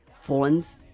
phones